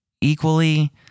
equally